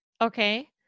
Okay